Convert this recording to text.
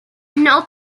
note